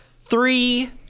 Three